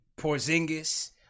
Porzingis